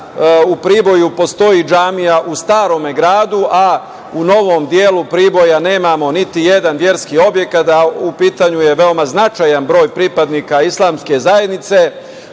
u Priboju postoji džamija u starom gradu, a u novom delu Priboja nemamo ni jedan verski objekat, a u pitanju je veoma značajan broj pripadnika islamske zajednice.S